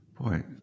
Boy